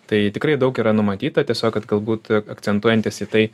tai tikrai daug yra numatyta tiesiog kad galbūt akcentuojantis į tai